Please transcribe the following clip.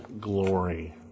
glory